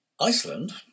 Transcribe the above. Iceland